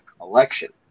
election